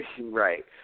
Right